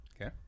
Okay